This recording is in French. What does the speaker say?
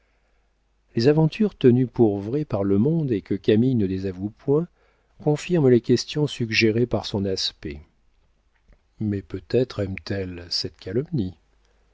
les aventures tenues pour vraies par le monde et que camille ne désavoue point confirment les questions suggérées par son aspect mais peut-être aime-t-elle cette calomnie